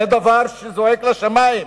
זה דבר שזועק לשמים,